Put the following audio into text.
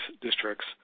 districts